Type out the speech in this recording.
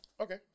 Okay